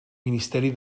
ministeri